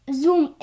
zoom